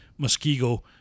Muskego